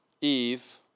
Eve